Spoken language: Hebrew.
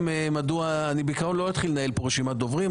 בעיקרון אני לא אתחיל לנהל כאן רשימת דוברים.